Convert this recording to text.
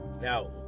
Now